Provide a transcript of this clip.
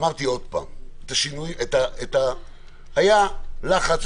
היה לחץ,